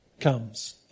comes